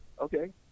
Okay